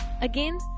Again